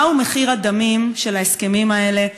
מהו מחיר הדמים של ההסכמים האלה?